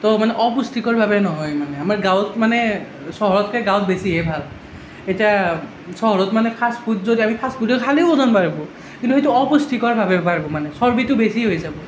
ত' মানে অপুষ্টিকৰভাবে নহয় মানে আমাৰ গাঁৱত মানে চহৰতকে গাঁৱত বেছিহে ভাল এতিয়া চহৰত মানে ফাষ্ট ফুড যদি আমি ফাষ্ট ফুডত খালিও ওজন বাঢ়িব কিন্তু সেইটো অপুষ্টিকৰ বাবে বাঢ়িব মানে চৰ্বিটো বেছি হৈ যাব